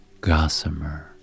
Gossamer